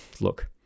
look